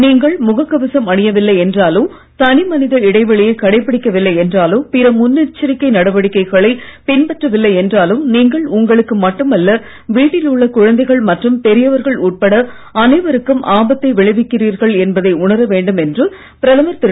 நீங்கள் முக்க் கவசம் அணியவில்லை என்றாலோ தனி மனித இடைவெளியை என்றாலோ கடைபிடிக்கவில்லை முன்னெச்சரிக்கை நடவடிக்கைகளை பின்பற்றவில்லை என்றாலோ நீங்கள் உங்களுக்கு மட்டும் அல்ல வீட்டில் உள்ள குழந்தைகள் மற்றும் பெரியவர்கள் உட்பட அனைவருக்கும் ஆபத்தை விளைவிக்கிறீர்கள் என்பதை உணர வேண்டும் என்று பிரதமர் திரு